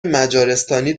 مجارستانی